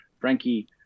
Frankie